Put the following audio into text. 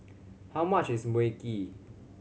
how much is Mui Kee